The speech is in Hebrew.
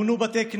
פונו בתי כנסת,